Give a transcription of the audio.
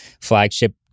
flagship